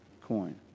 coin